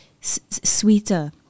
sweeter